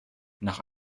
nach